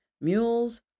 mules